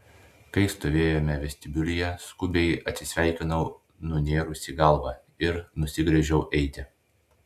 kai stovėjome vestibiulyje skubiai atsisveikinau nunėrusi galvą ir nusigręžiau eiti